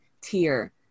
tier